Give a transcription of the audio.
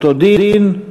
אותו דין,